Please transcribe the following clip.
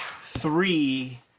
three